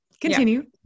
Continue